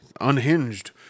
unhinged